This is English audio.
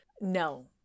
no